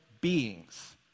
beings